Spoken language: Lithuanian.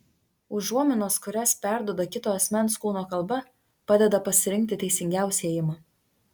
užuominos kurias perduoda kito asmens kūno kalba padeda pasirinkti teisingiausią ėjimą